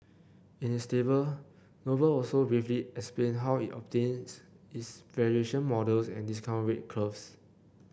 in its state Noble also briefly explained how it obtains its valuation models and discount rate curves